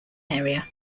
area